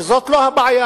וזאת לא הבעיה,